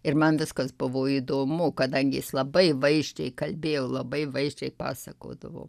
ir man viskas buvo įdomu kadangi jis labai vaizdžiai kalbėjo labai vaizdžiai pasakodavo